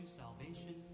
salvation